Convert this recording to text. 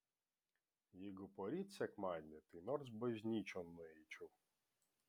jeigu poryt sekmadienį tai nors bažnyčion nueičiau